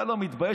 אתה לא מתבייש?